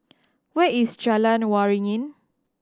where is Jalan Waringin